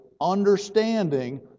understanding